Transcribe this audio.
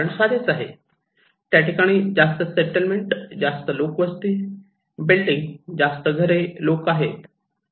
कारण साधेच आहे त्या ठिकाणी जास्त सेटलमेंट जास्त लोकवस्ती बिल्डिंग जास्त घरे लोक आहेत